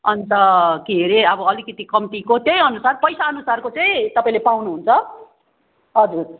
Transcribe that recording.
अन्त के अरे अब अलिकति कम्तीको त्यही अनुसार पैसा अनुसारको चाहिँ तपाईँले पाउनुहुन्छ हजुर